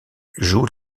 joue